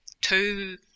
two